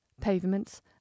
pavements